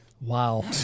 Wow